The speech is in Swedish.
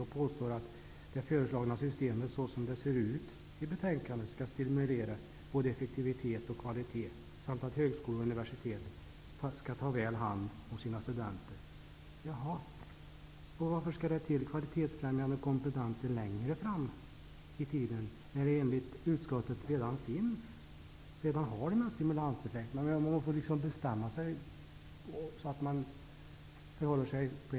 Man påstår att det föreslagna systemet så som det presenteras i betänkandet skall stimulera både effektivitet och kvalitet samt att högskolor och universitet skall ta väl hand om sina studenter. Jaha, och varför skall det till kvalitetsfrämjande komponenter längre fram i tiden, när det enligt utskottet redan finns denna stimulanseffekt? Man måste liksom bestämma sig för att inta en hållning.